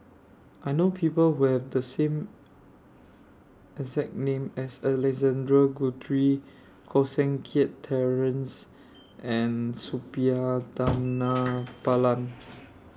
I know People Who Have The same exact name as Alexander Guthrie Koh Seng Kiat Terence and Suppiah Dhanabalan